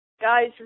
guys